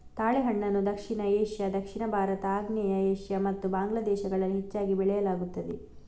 ತಾಳೆಹಣ್ಣನ್ನು ದಕ್ಷಿಣ ಏಷ್ಯಾ, ದಕ್ಷಿಣ ಭಾರತ, ಆಗ್ನೇಯ ಏಷ್ಯಾ ಮತ್ತು ಬಾಂಗ್ಲಾ ದೇಶದಲ್ಲಿ ಹೆಚ್ಚಾಗಿ ಬೆಳೆಯಲಾಗುತ್ತದೆ